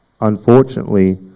unfortunately